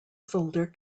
folder